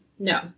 No